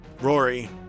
Rory